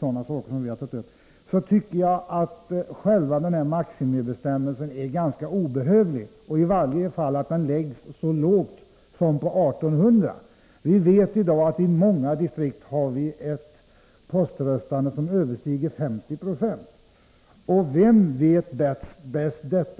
sådant som vi också berör — tycker jag att denna maximigräns är ganska obehövlig. Att lägga den vid 1800 personer är i vart fall för lågt. I många distrikt överstiger ju poströstandet 50 0. Vilka är det som bäst känner till detta?